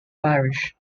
parish